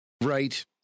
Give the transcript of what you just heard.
Right